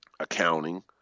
accounting